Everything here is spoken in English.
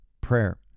prayer